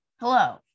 Hello